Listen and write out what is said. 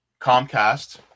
Comcast